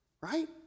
right